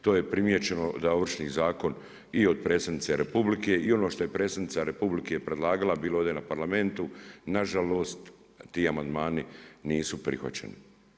To je primijećeno da Ovršni zakon i od predsjednice Republike i ono što je predsjednica Republike predlagala bilo je ovdje na Parlamentu, nažalost, ti amandmani nisu prihvaćeni.